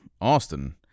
Austin